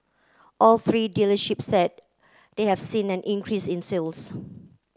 all three dealerships said they have seen an increase in sales